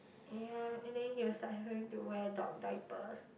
ya and then he'll start having to wear dog diapers